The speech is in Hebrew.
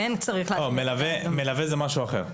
מלווה זה משהו אחר.